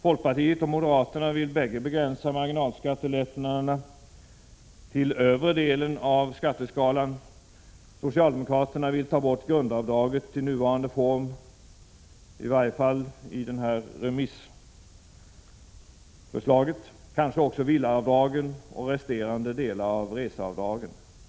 Folkpartiet och moderaterna vill bägge begränsa marginalskattelättnaderna till övre delen av skatteskalan. Socialdemokraterna vill ta bort grundavdraget i nuvarande form — i varje fall i remissförslaget — kanske också villaavdragen och resterande delar av reseavdragen.